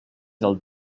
del